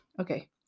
Okay